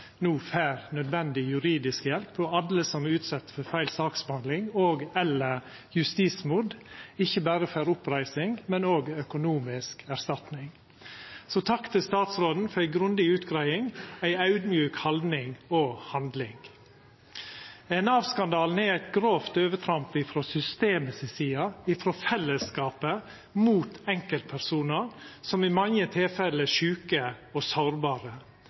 no får nødvendig juridisk hjelp, og at alle som er utsette for feil saksbehandling og/eller justismord, ikkje berre får oppreising, men òg økonomisk erstatning. Så takk til statsråden for ei grundig utgreiing, ei audmjuk haldning og handling. Nav-skandalen er eit grovt overtramp frå systemet si side, frå fellesskapet, mot enkeltpersonar som i mange tilfelle er sjuke og sårbare